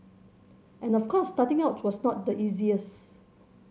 and of course starting out was not the easiest